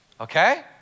Okay